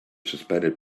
suspended